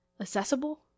accessible